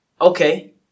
okay